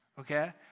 okay